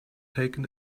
taken